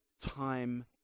time